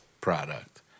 product